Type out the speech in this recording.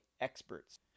experts